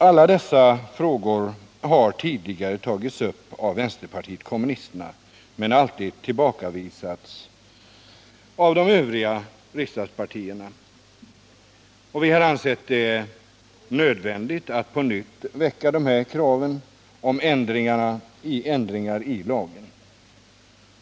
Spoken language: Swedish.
Alla dessa frågor har tidigare tagits upp av vänsterpartiet kommunisterna men alltid tillbakavisats av de övriga riksdagspartierna. Vårt parti har därför ansett det nödvändigt att på nytt resa krav på ändringar i lagen.